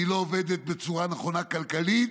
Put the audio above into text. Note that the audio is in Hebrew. היא לא עובדת בצורה נכונה כלכלית,